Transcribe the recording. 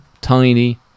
Tiny